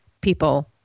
people